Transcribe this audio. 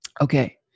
Okay